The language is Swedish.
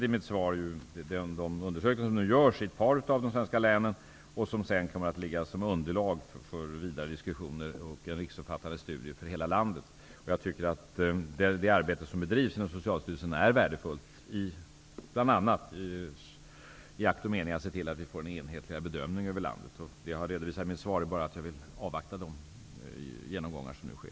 I mitt svar hänvisade jag till de undersökningar som nu görs i ett par av de svenska länen, undersökningar som kommer att ligga till grund för vidare diskussioner och för riksomfattande studier för hela landet. Det arbete som bedrivs inom Socialstyrelsen är värdefull bl.a. för att få en enhetlig bedömning över landet. I mitt svar redovisade jag bara att jag först vill avvakta de genomgångar som nu sker.